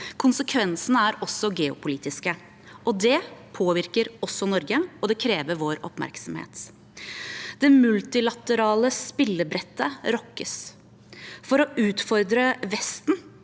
konsekvensene er også geopolitiske. Det påvirker også Norge, og det krever vår oppmerksomhet. Det multilaterale spillebrettet rokkes. For å utfordre Vesten